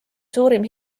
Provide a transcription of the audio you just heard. suurim